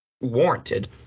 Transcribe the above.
warranted